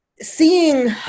seeing